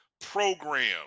program